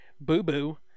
boo-boo